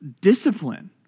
discipline